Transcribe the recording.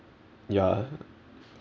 ya